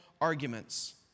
arguments